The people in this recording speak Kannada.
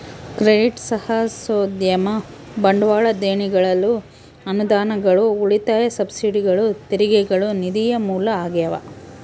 ಕ್ರೆಡಿಟ್ ಸಾಹಸೋದ್ಯಮ ಬಂಡವಾಳ ದೇಣಿಗೆಗಳು ಅನುದಾನಗಳು ಉಳಿತಾಯ ಸಬ್ಸಿಡಿಗಳು ತೆರಿಗೆಗಳು ನಿಧಿಯ ಮೂಲ ಆಗ್ಯಾವ